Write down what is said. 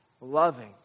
Loving